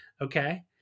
okay